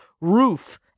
roof